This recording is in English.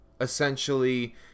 essentially